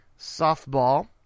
softball